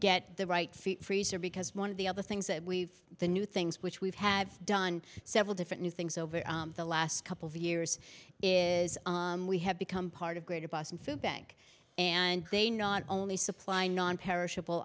get the right feet freezer because one of the other things that we've the new things which we've have done several different new things over the last couple of years is we have become part of greater boston food bank and they not only supply nonperishable